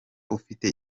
ufite